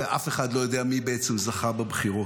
ואף אחד לא יודע מי בעצם זכה בבחירות.